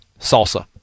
Salsa